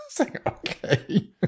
Okay